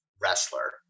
wrestler